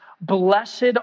blessed